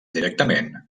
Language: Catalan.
directament